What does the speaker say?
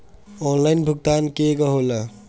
Online भुगतान केगा होला?